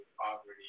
poverty